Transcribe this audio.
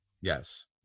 yes